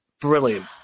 Brilliant